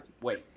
wait